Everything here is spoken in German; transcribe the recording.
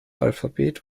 alphabet